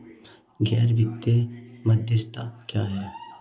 गैर वित्तीय मध्यस्थ क्या हैं?